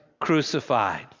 crucified